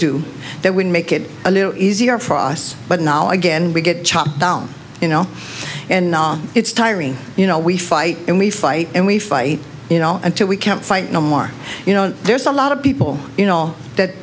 do that would make it a little easier for us but now again we get chopped down you know and it's tiring you know we fight and we fight and we fight you know until we can't fight no more you know there's a lot of people you know that